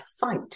fight